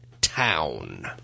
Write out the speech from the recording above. town